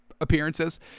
appearances